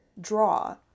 draw